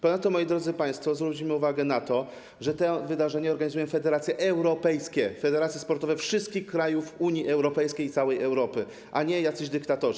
Ponadto, moi drodzy państwo, zwróćmy uwagę na to, że te wydarzenia organizują federacje europejskie, federacje sportowe wszystkich krajów Unii Europejskiej, całej Europy, a nie jacyś dyktatorzy.